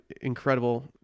incredible